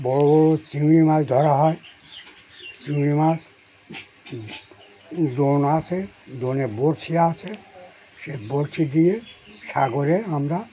বড় বড় চিংড়ি মাছ ধরা হয় চিংড়ি মাছ দোন আছে দোনে বঁড়শি আছে সে বঁড়শি দিয়ে সাগরে আমরা